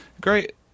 great